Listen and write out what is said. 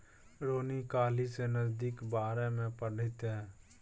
रोहिणी काल्हि सँ नगदीक बारेमे पढ़तीह